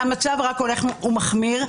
המצב רק הולך ומחמיר,